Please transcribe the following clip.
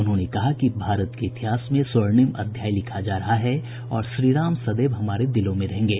उन्होंने कहा कि भारत के इतिहास में स्वर्णिम अध्याय लिखा जा रहा है और श्रीराम सदैव हमारे दिलों में रहेंगे